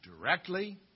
Directly